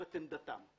אמר: